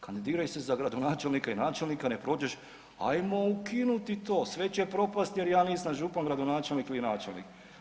Kandidiraj se za gradonačelnika, načelnika ne prođeš, ajmo ukinuti to sve će propasti jer ja nisam župan, gradonačelnik ili načelnik.